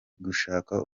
gushaka